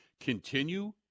continue